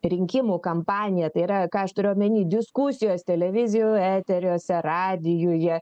rinkimų kampanija tai yra ką aš turiu omeny diskusijos televizijų eteriuose radijuje